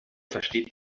versteht